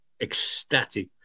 ecstatic